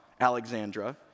Alexandra